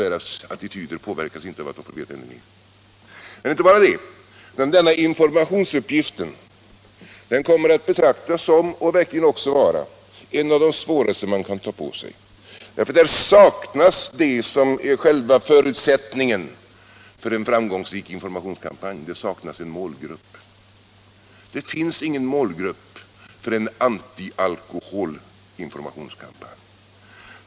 Deras attityder påverkas inte av att de får veta ännu mer. Men inte bara det. Denna informationsuppgift kommer att betraktas som och verkligen också vara en av de svåraste uppgifter man kan ta på sig. Där saknas det som är själva förutsättningen för en framgångsrik informationskampanj, nämligen en målgrupp. Det finns ingen målgrupp för en antialkoholinformationskampanj.